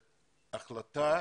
בכנסת התקבלה החלטה